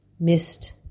missed